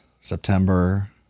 September